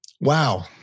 Wow